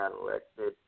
elected